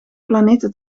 planeten